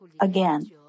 again